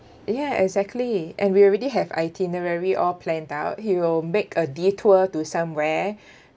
ya exactly and we already have itinerary all planned out he will make a detour to somewhere